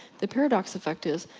the paradox effect is,